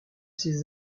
ces